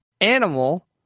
animal